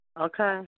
Okay